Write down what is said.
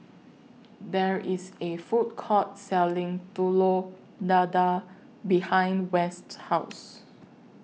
There IS A Food Court Selling Telur Dadah behind West's House